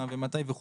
ומתי.